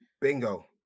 bingo